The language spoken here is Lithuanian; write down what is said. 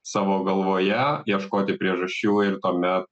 savo galvoje ieškoti priežasčių ir tuomet